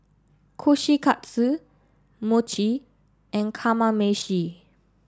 Kushikatsu Mochi and Kamameshi